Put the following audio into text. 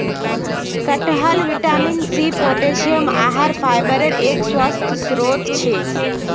कटहल vitamin C, potassium, आहार फाइबरेर एक स्वस्थ स्रोत छे